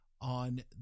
on